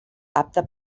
apta